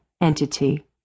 entity